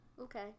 Okay